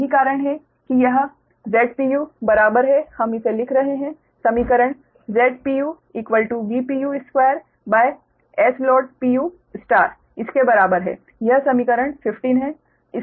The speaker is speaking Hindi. यही कारण है कि यह Zpu बराबर है हम इसे लिख रहे हैं समीकरण ZpuVpu2Sload इसके बराबर है यह समीकरण 15 है